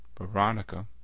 Veronica